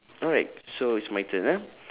alright so it's my turn ah